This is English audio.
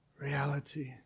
reality